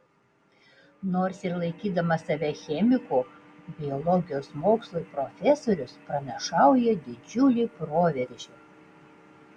nors ir laikydamas save chemiku biologijos mokslui profesorius pranašauja didžiulį proveržį